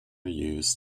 used